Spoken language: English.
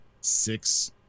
six